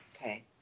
Okay